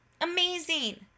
amazing